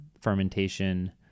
fermentation